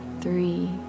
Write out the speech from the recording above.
three